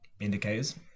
indicators